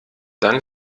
dann